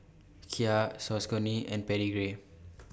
Kia Saucony and Pedigree